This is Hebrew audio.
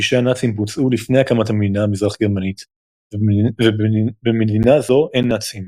פשעי הנאצים בוצעו לפני הקמת המדינה המזרח-גרמנית ובמדינה זו אין נאצים.